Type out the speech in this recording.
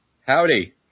Howdy